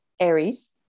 Aries